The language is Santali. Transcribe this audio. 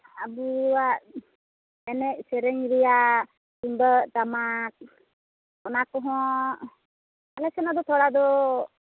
ᱟᱵᱚᱣᱟᱜ ᱮᱱᱮᱡ ᱥᱮᱨᱮᱧ ᱨᱮᱭᱟᱜ ᱛᱩᱢᱫᱟᱹᱜ ᱴᱟᱢᱟᱠ ᱚᱱᱟ ᱠᱚᱦᱚᱸ ᱟᱞᱮ ᱥᱮᱱᱟᱜ ᱫᱚ ᱛᱷᱚᱲᱟ ᱫᱚ